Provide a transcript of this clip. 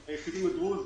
על הישובים הדרוזיים,